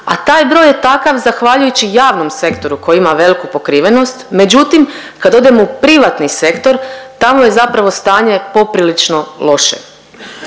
a taj broj je takav zahvaljujući javnom sektoru koji ima veliku pokrivenost, međutim kada odemo u privatni sektor tamo je zapravo stanje poprilično loše.